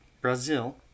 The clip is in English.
Brazil